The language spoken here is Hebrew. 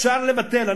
אפשר לבטל,